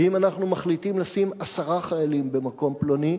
ואם אנחנו מחליטים לשים עשרה חיילים במקום פלוני,